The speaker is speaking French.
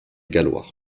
gallois